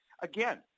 Again